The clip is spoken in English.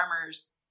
farmers